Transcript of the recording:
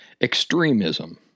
Extremism